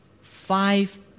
five